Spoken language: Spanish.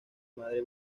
madre